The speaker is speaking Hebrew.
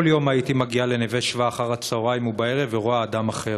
כל יום הייתי מגיעה ל"נווה שבא" אחר-הצהריים או בערב ורואה אדם אחר: